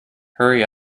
hurry